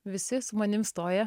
visi su manim stoja